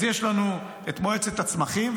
אז יש לנו את מועצת הצמחים,